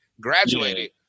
graduated